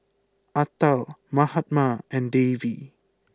Atal Mahatma and Devi